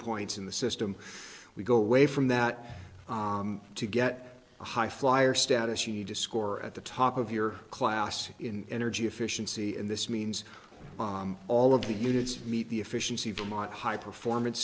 points in the system we go away from that to get a high flyer status you need to score at the top of your class in energy efficiency and this means all of the units meet the efficiency demat high performance